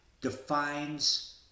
defines